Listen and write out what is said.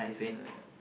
so yeah